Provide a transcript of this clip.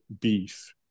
beef